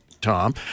Tom